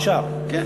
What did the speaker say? נשאר, כן.